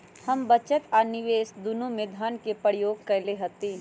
हम बचत आ निवेश दुन्नों में धन के प्रयोग कयले हती